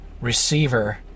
receiver